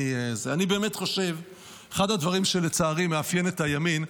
אחד הדברים שלצערי מאפיין את הימין,